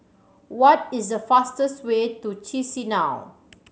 what is the fastest way to Chisinau